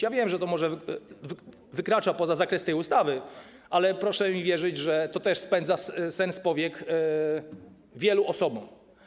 Ja wiem, że to może wykracza poza zakres tej ustawy, ale proszę mi wierzyć, że to też spędza sen z powiek wielu osobom.